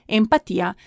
empatia